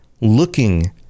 looking